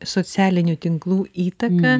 socialinių tinklų įtaka